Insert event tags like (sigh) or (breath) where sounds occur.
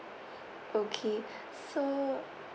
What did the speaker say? okay (breath) so